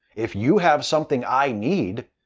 if you have something i need,